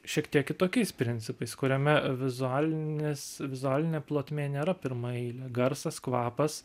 šiek tiek kitokiais principais kuriame vizualinės vizualinė plotmė nėra pirmaeilė garsas kvapas